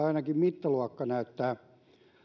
ainakin mittaluokka näyttää